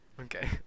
okay